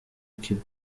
kiba